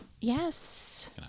Yes